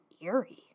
eerie